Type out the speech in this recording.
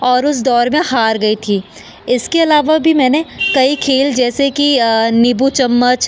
और उस दौड़ में हार गई थी इसके अलावा भी मैंने कई खेल जैसे कि नीम्बू चम्मच